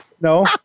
No